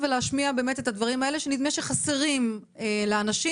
ולהשמיע את הדברים האלה שנדמה שחסרים לאנשים.